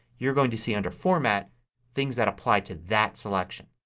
you're going to see under format things that apply to that selection.